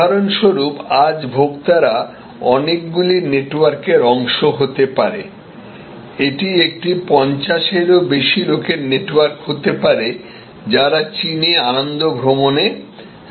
উদাহরণস্বরূপ আজ ভোক্তারা অনেকগুলি নেটওয়ার্কের অংশ হতে পারে এটি একটি 50 এরও বেশি লোকের নেটওয়ার্ক হতে পারে যারা চীনে আনন্দ ভ্রমণে যেতে চায়